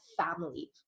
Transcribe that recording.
family